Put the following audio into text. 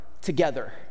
together